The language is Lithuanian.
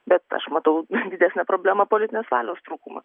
bet aš matau didesnę problemą politinės valios trūkumą